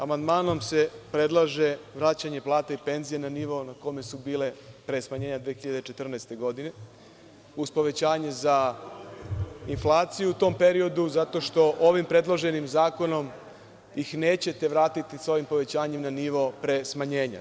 Amandmanom se predlaže vraćanje plata i penzija na nivo na kojem su bile pre smanjenja 2014. godine, uz povećanje za inflaciju u tom periodu, zato što ih ovim predloženim zakonom nećete vratiti sa ovim povećanjem na nivo pre smanjenja.